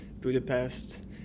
Budapest